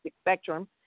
spectrum